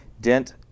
Dent